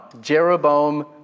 Jeroboam